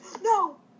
No